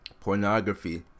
pornography